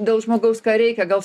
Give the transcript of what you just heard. dėl žmogaus ką reikia gal